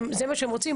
זה מה שהם רוצים,